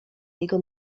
jego